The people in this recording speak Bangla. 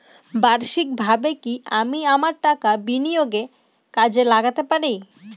বার্ষিকভাবে কি আমি আমার টাকা বিনিয়োগে কাজে লাগাতে পারি?